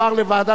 אדוני,